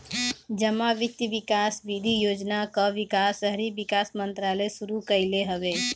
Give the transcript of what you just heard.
जमा वित्त विकास निधि योजना कअ विकास शहरी विकास मंत्रालय शुरू कईले हवे